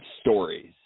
stories